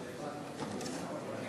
התשע"ו 2015,